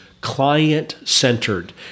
client-centered